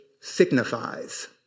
signifies